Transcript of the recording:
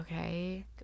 Okay